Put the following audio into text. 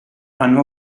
hanno